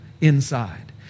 inside